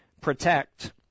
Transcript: protect